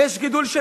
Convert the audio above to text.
ויש גידול של